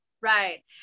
Right